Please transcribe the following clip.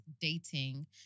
dating